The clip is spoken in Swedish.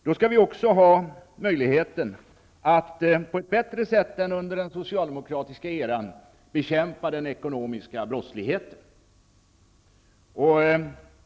Då skall vi också ha möjlighet att på ett bättre sätt än under den socialdemokratiska eran bekämpa den ekonomiska brottsligheten.